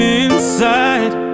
inside